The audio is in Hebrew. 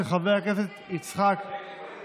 של חבר הכנסת יצחק פינדרוס.